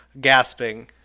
gasping